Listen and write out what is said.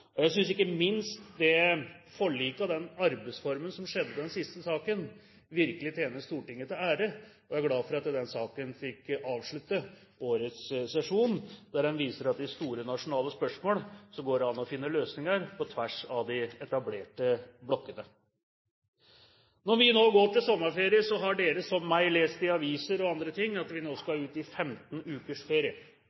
og den arbeidsformen, tjener Stortinget til ære. Jeg er glad for at den saken fikk avslutte årets sesjon, der en viser at i store nasjonale spørsmål går det an å finne løsninger på tvers av de etablerte blokkene. Når vi nå går til sommerferie, har dere, som meg, lest i aviser og andre steder at vi nå